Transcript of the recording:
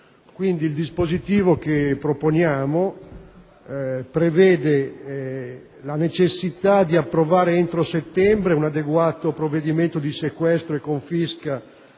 il dispositivo che proponiamo prevede la necessità di approvare entro settembre un adeguato provvedimento di sequestro e confisca